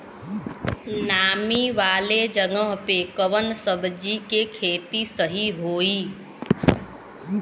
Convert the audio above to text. नामी वाले जगह पे कवन सब्जी के खेती सही होई?